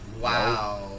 Wow